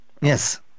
yes